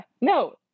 no